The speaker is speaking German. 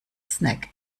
snack